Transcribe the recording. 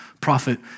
prophet